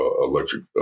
electric